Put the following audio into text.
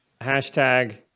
hashtag